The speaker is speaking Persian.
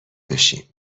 بشیم